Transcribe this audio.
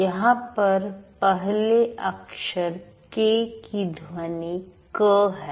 यहां पर पहले अक्षर के की ध्वनि क है